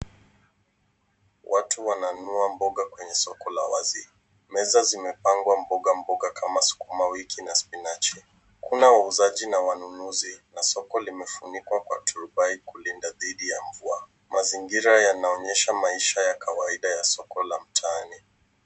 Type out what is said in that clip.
Watu wananunua mboga kwenye soko la wazi. Meza zimepangwa mboga mboga kama sukuma wiki na spinachi. Kuna wauzaji na wanunuzi na soko limefunikwa kwa turbai kulinda dhidi ya mvua. Mazingira yanaonyesha maisha ya kawaida ya soko la mtaani.